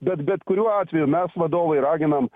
bet bet kuriuo atveju mes vadovai raginam